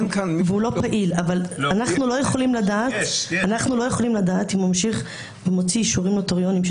אנחנו לא יכולים לדעת אם הוא ממשיך ומוציא אישורים נוטריונים,